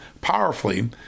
powerfully